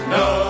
no